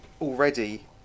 already